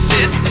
Sit